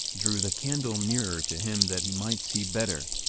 drew the candle nearer to him that he might see better.